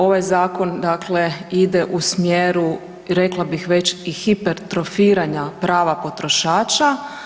Ovaj zakon dakle ide u smjeru, rekla bih već, i hipertrofiranja prava potrošača.